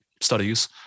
studies